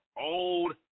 old